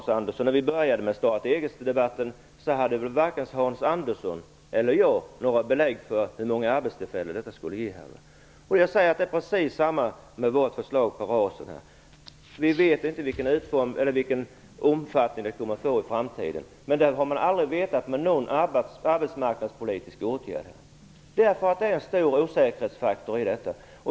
När vi började starta-eget-debatten hade varken Hans Andersson eller jag några belägg för hur många arbetstillfällen bidraget skulle ge. Det är precis samma sak med vårt förslag till RAS. Vi vet inte vilken omfattning det kommer att få i framtiden, men det har man aldrig vetat med någon arbetsmarknadspolitisk åtgärd. Det finns en stor osäkerhetsfaktor.